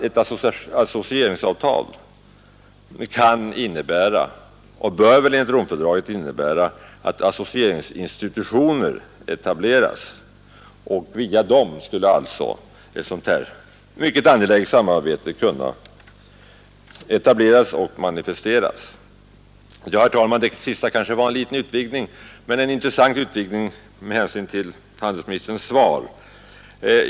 Ett associeringsavtal kan nämligen innebära — och bör väl enligt Romfördraget innebära — ett etablerande av associeringsinstitutioner, och via dem skulle alltså ett angeläget samarbete av det slag vi här talar om kunna komma till stånd och manifesteras. Herr talman! Detta sista var en liten utvidgning, men det är en intressant utvidgning med hänsyn till handelsministerns svar.